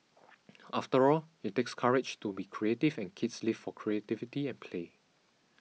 after all it takes courage to be creative and kids live for creativity and play